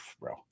bro